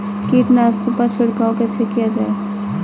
कीटनाशकों पर छिड़काव कैसे किया जाए?